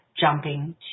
jumping